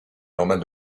normale